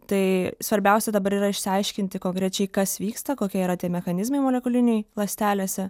tai svarbiausia dabar yra išsiaiškinti konkrečiai kas vyksta kokie yra tie mechanizmai molekuliniai ląstelėse